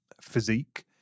physique